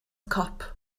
cop